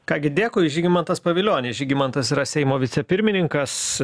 ką gi dėkui žygimantas pavilionis žygimantas yra seimo vicepirmininkas